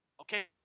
Okay